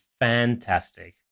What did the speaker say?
fantastic